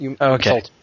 Okay